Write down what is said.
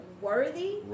worthy